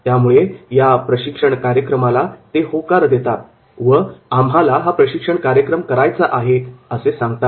त्यामुळे या प्रशिक्षण कार्यक्रमाला ते होकार देतात व 'आम्हाला हा प्रशिक्षण कार्यक्रम करायचा आहे' असे सांगतात